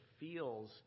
feels